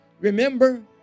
Remember